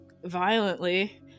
violently